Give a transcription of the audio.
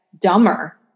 dumber